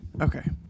Okay